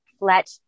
let